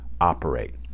operate